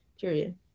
period